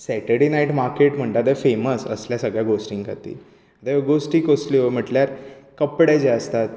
Saturday night market म्हणटा तें famous असल्या सगळ्या गोश्टीं खातीर त्यो गोश्टी कसल्यो म्हटल्यार कपडे जे आसतात